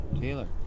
Taylor